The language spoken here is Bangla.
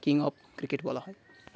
কিং অফ ক্রিকেট বলা হয়